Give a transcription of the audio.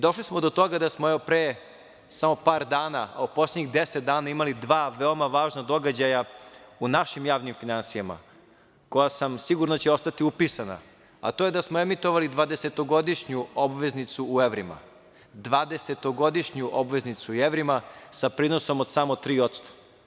Došli smo i do toga da smo evo pre samo par dana, a u poslednjih deset dana, imali dva veoma važna događaja u našim javnim finansijama, koja sam, sigurno će ostati upisana, a to je da smo emitovali dvadesetogodišnju obveznicu u evrima, dvadesetogodišnju obveznicu u evrima, sa prinosom od samo 3%